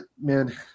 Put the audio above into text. man